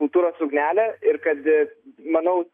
kultūros ugnelę ir kad manau